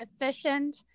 efficient